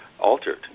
altered